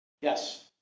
Yes